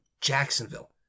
Jacksonville